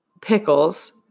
pickles